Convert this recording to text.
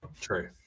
true